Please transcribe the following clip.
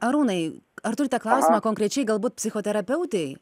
arūnai ar turite klausimą konkrečiai galbūt psichoterapeutei